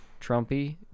Trumpy